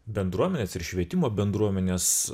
bendruomenes ir švietimo bendruomenes